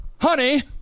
Honey